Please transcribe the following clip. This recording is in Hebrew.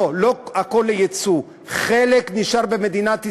לא, לא הכול ליצוא, חלק נשאר במדינת ישראל,